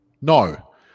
No